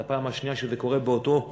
זו הפעם השנייה שזה קורה באותו בית-עלמין.